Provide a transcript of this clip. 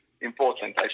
important